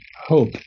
hope